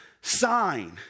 sign